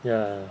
ya